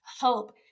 hope